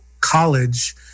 college